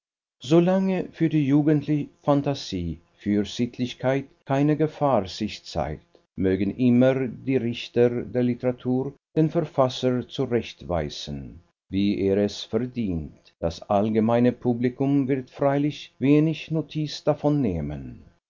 solange für die jugendliche phantasie für sittlichkeit keine gefahr sich zeigt mögen immer die richter der literatur den verfasser zurechtweisen wie er es verdient das allgemeine publikum wird freilich wenig notiz davon nehmen